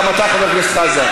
גם אתה, חבר הכנסת חזן.